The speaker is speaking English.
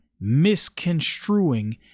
misconstruing